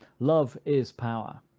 love is power.